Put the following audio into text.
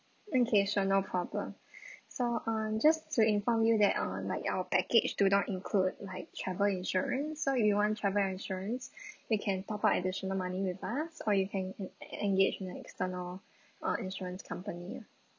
okay sure no problem so um just to inform you that uh like our package do not include like travel insurance so you want travel insurance you can top up additional money with us or you can en~ engage the external uh insurance company